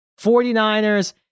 49ers